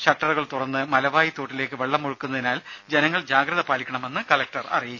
ഷട്ടറുകൾ തുറന്ന് മലവായി തോട്ടിലേക്ക് വെളളം ഒഴുക്കുന്നതിനാൽ ജനങ്ങൾ ജാഗ്രത പാലിക്കണമെന്ന് കലക്ടർ അറിയിച്ചു